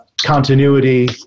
continuity